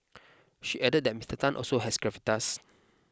she added that Mister Tan also has gravitas